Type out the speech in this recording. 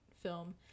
film